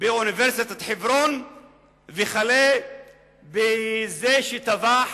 באוניברסיטת חברון וכלה בזה שטבח